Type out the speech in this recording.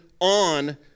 on